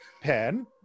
Pen